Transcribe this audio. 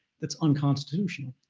that's unconstitutional.